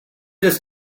just